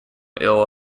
ill